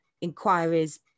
inquiries